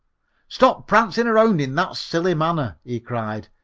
stop prancing around in that silly manner, he cried,